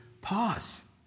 pause